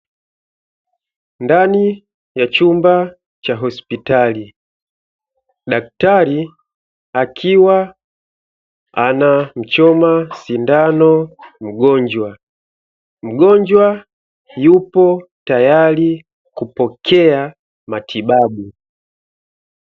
Ndani ya chumba cha hospitali, daktari akiwa anamchoma sindano mgonjwa , Mgonjwa yupo tayari kupokea matibabu.